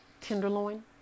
tenderloin